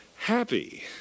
Happy